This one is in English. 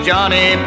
Johnny